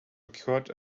occurred